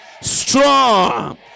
strong